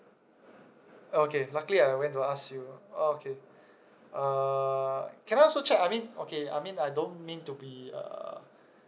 okay luckily I went to ask you oh okay uh can I also check I mean okay I mean I don't mean to be uh